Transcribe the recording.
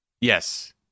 Yes